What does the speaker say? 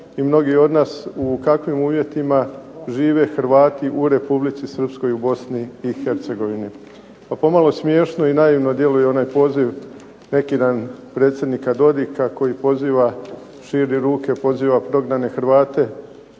i mnogi od nas u kakvim uvjetima žive Hrvati u Republici Srpskoj u Bosni i Hercegovini. Pa pomalo smiješno i naivno djeluje onaj poziv neki dan predsjednika Dodika koji poziva, širi ruke, poziva prognane Hrvate